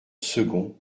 second